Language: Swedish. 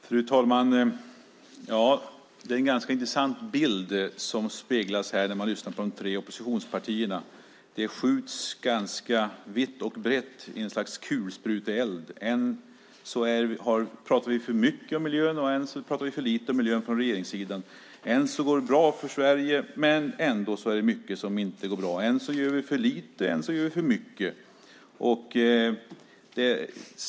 Fru talman! Det är en ganska intressant bild som ges här när man lyssnar på de tre oppositionspartierna. Det skjuts ganska vitt och brett i ett slags kulspruteeld. Än talar vi för mycket om miljön, än talar vi för lite om miljön från regeringssidan. Än går det bra för Sverige, än är det mycket som inte går bra. Än gör vi för lite, än gör vi för mycket.